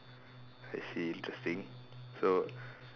I see interesting so